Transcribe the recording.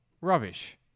Rubbish